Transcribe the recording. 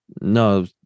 no